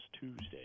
Tuesday